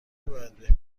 باید